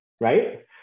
right